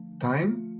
time